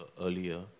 earlier